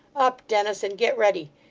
up, dennis, and get ready!